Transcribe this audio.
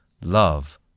love